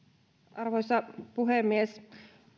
arvoisa puhemies